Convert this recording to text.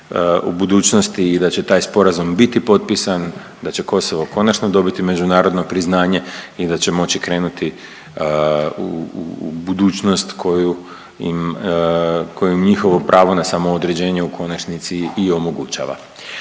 u budućnosti i da će taj sporazum biti potpisan, da će Kosovo konačno dobiti međunarodno priznanje i da će moći krenuti u budućnost koju im, koju im njihovo pravo na samoodređenje u konačnici i omogućava.